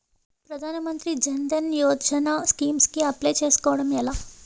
ప్రధాన మంత్రి జన్ ధన్ యోజన స్కీమ్స్ కి అప్లయ్ చేసుకోవడం ఎలా?